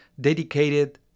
dedicated